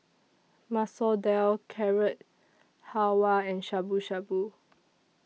Masoor Dal Carrot Halwa and Shabu Shabu